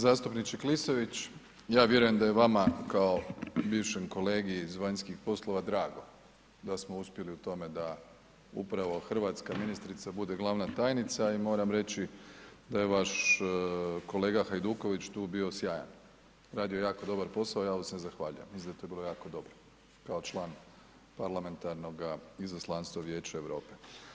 Zastupniče Klisović, ja vjerujem da je vama kao bivšem kolegi iz vanjskih poslova drago da smo uspjeli u tome da upravo hrvatska ministrica bude glavna tajnica i moram reći da je vaš kolega Hajduković tu bio sjajan, radio je jako dobar posao i ja mu se zahvaljujem, mislim da je to bilo jako dobro kao član parlamentarnoga izaslanstva Vijeća Europe.